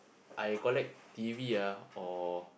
I collect T_V ah or